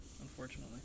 unfortunately